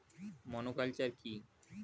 Monoculture কি?